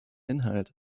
inhalt